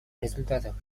результатах